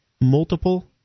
Multiple